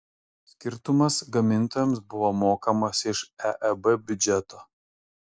skirtumas gamintojams buvo mokamas iš eeb biudžeto